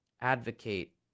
advocate